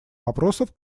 вопросов